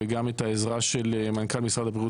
וגם את העזרה של מנכ"ל משרד הבריאות